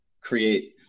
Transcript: create